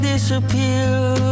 disappear